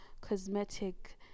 cosmetic